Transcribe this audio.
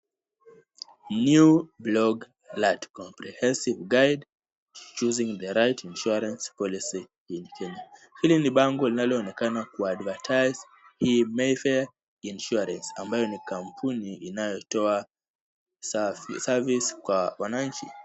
New blog alert, comprehensive guide to choosing the right insuarance policy in kenya . Hili ni bango linaloonekana ku advertise, Mayfair insuarance . Ambayo ni kampuni inayotoa service kwa wana nchi.